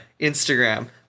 Instagram